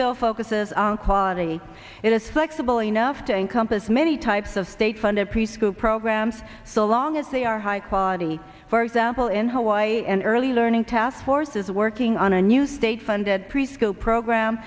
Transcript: bill focus says quality in a sex symbol enough to encompass many types of state funded preschool programs so long as they are high quality for example in hawaii an early learning task force is working on a new state funded preschool program